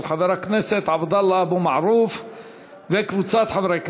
של חבר הכנסת עבדאללה אבו מערוף וקבוצת חברי הכנסת.